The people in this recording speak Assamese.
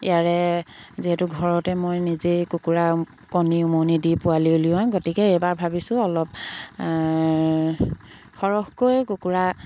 ইয়াৰে যিহেতু ঘৰতে মই নিজেই কুকুৰা কণী উমনি দি পোৱালি উলিওৱা গতিকে এইবাৰ ভাবিছোঁ অলপ সৰহকৈ কুকুৰা